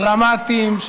דרמטיים,